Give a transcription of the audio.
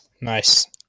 Nice